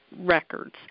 records